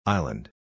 Island